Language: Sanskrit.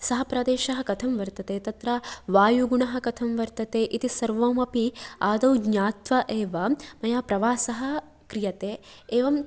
सः प्रदेशः कथं वर्तते तत्र वायुगुणः कथं वर्तते इति सर्वमपि आदौ ज्ञात्वा एव मया प्रवासः क्रियते एवं